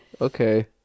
Okay